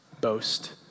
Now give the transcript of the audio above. boast